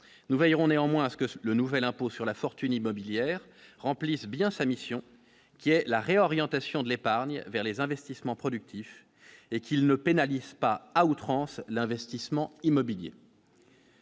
nous veillerons néanmoins à ce que le nouvel impôt sur la fortune immobilière remplissent bien sa mission qui est la réorientation de l'épargne vers les investissements productifs et qu'il ne pénalise pas à outrance l'investissement immobilier.